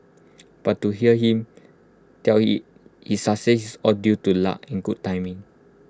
but to hear him tell IT his success is all due to luck and good timing